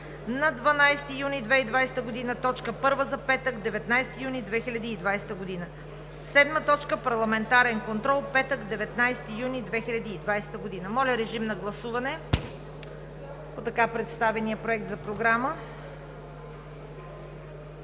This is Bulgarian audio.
Моля, режим на гласуване по така представения проект за програма.